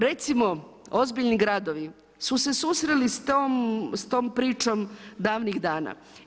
Recimo ozbiljni gradovi su se susreli sa tom pričom davnih dana.